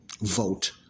vote